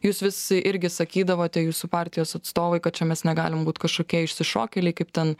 jūs vis irgi sakydavote jūsų partijos atstovai kad čia mes negalim būt kažkokie išsišokėliai kaip ten